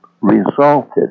resulted